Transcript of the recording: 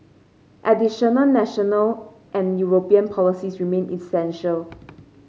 additional national and European policies remain essential